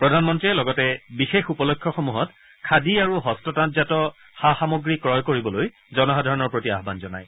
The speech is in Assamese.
প্ৰধানমন্ত্ৰীয়ে লগতে বিশেষ উপলক্ষসমূহত খাদী আৰু হস্ততাঁতজাত সা সামগ্ৰী ক্ৰয় কৰিবলৈ জনসাধাৰণৰ প্ৰতি আহান জনায়